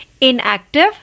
inactive